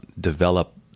develop